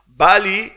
bali